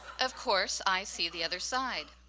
of course, i see the other side.